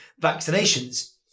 vaccinations